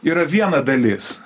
yra viena dalis